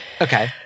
Okay